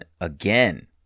again